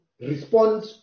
respond